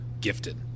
gifted